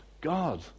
God